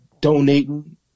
donating